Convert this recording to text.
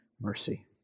mercy